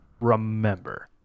remember